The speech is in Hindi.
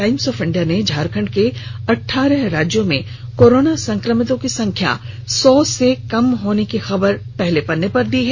टाइम्स ऑफ इंडिया ने झारखंड के अठारह राज्यों में कोरोना संक्रमितों की संख्या सौ से कम होने की खबर को पहले पन्ने पर लिया है